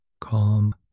Calm